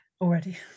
already